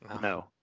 No